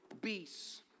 Beasts